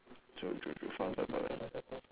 true true fun fun fun fun